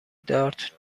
دارت